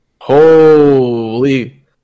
Holy